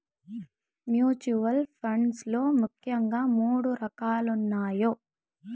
mutual funds లో ముఖ్యంగా మూడు రకాలున్నయ్